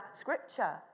scripture